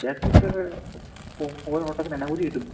ചേട്ടന് ഇപ്പോള് ഓട്ടത്തിന് എന്നാ കൂലി കിട്ടും